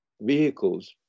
vehicles